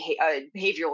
behavioral